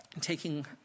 taking